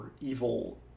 evil